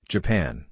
Japan